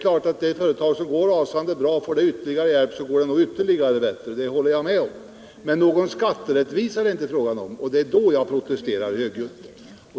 Får ett företag som går rasande bra ytterligare hjälp, så går det nog ännu bättre — det håller jag med om. Men någon skatterättvisa är det inte fråga om, och det är när man påstår det som jag protesterar högljutt.